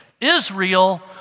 Israel